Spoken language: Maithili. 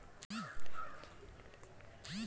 अर्जुनमा केर बाप कएक टा बीमा लेने छै